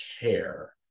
care